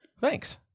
Thanks